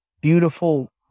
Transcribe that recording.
beautiful